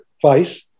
face